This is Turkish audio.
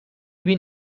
bin